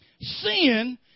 Sin